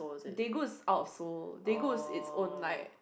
Daegu is out so Daegu is own like